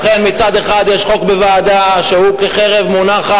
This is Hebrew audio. לכן, מצד אחד יש חוק בוועדה, שהוא כחרב מונחת.